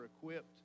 equipped